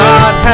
God